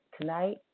Tonight